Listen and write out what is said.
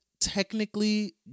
technically